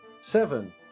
Seven